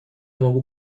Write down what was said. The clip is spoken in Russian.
могу